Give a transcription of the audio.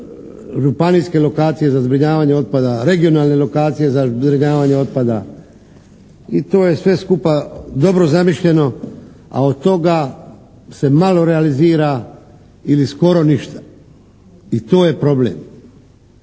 županijske lokacije za zbrinjavanje otpada, regionalne lokacije za zbrinjavanje otpada i to je sve skupa dobro zamišljeno a od toga se malo realizira ili skoro ništa, i to je problem.